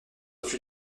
fut